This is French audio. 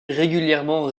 régulièrement